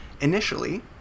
initially